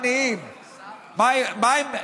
מה עם העניים?